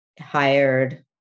hired